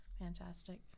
fantastic